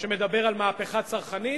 שמדבר על מהפכה צרכנית.